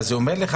זה אומר לך